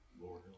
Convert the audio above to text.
Lord